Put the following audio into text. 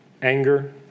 Anger